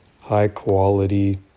high-quality